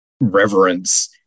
reverence